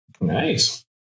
Nice